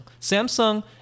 Samsung